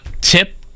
tip